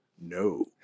No